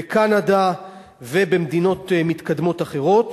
בקנדה ובמדינות מתקדמות אחרות.